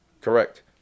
Correct